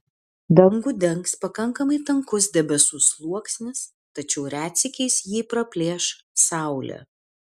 dangų dengs pakankami tankus debesų sluoksnis tačiau retsykiais jį praplėš saulė